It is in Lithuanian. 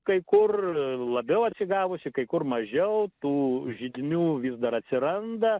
kai kur labiau atsigavusi kai kur mažiau tų židinių vis dar atsiranda